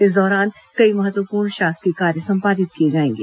इस दौरान कई महत्वपूर्ण शासकीय कार्य संपादित किए जाएंगे